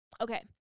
Okay